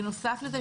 בנוסף לזה,